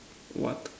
what